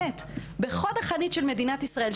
בחוד החנית של מדינת ישראל,